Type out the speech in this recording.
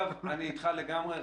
בזה אגב אני איתך לגמרי,